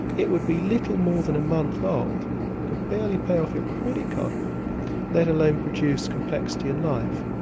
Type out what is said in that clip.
it would be little more than a month old, it could barely pay off your credit card bill let alone produce complexity in life.